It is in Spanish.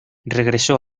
regresó